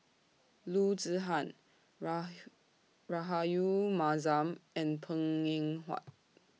Loo Zihan Rahayu Mahzam and Png Eng Huat